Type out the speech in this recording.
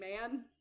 man